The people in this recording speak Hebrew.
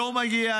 היום מגיעה